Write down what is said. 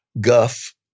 guff